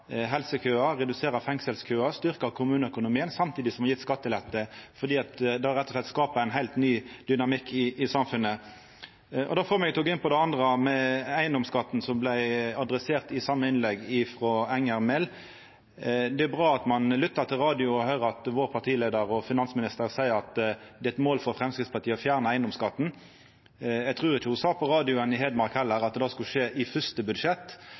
helsekøar, redusera fengselskøar og styrkja kommuneøkonomien samtidig som me har gjeve skattelette – fordi det rett og slett skaper ein heilt ny dynamikk i samfunnet. Det får meg til å gå inn på det andre, eigedomsskatten, som vart adressert i same innlegg frå Enger Mehl. Det er bra at ein lyttar til radio og høyrer at partileiaren og finansministeren vår seier at det er eit mål for Framstegspartiet